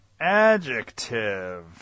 adjective